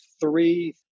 three